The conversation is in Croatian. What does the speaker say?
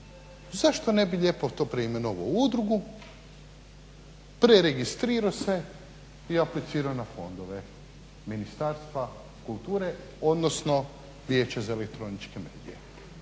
zašto ne bi lijepo to preimenovao u udrugu, preregistrirao se i aplicirao na fondove Ministarstva kulture, odnosno Vijeća za elektroničke medije.